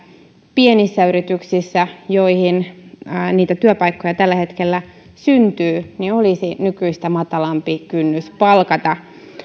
pienissä yrityksissä joihin niitä työpaikkoja tällä hetkellä syntyy olisi nykyistä matalampi kynnys palkata